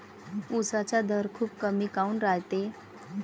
उसाचा दर खूप कमी काऊन रायते?